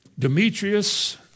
Demetrius